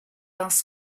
asked